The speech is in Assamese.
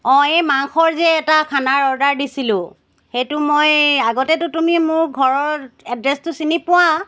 অঁ এই মাংসৰ যে এটা খানাৰ অৰ্ডাৰ দিছিলোঁ সেইটো মই আগতেতো তুমি মোৰ ঘৰৰ এড্ৰেছটো চিনি পোৱা